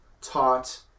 taught